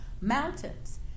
Mountains